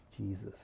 Jesus